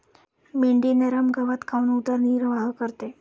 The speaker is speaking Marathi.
मेंढी नरम गवत खाऊन उदरनिर्वाह करते